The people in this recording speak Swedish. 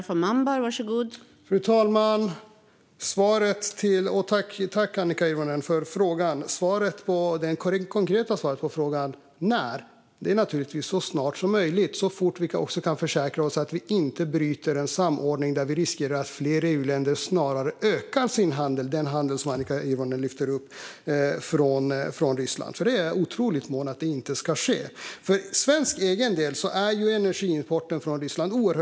Fru talman! Tack, Annika Hirvonen, för frågan! Det konkreta svaret på frågan när är naturligtvis så snart som möjligt - så fort vi också kan försäkra oss om att vi inte bryter en samordning där vi riskerar att fler EU-länder snarare ökar sin import från Ryssland. Jag är otroligt mån om detta. För svensk del är energiimporten från Ryssland låg.